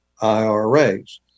IRAs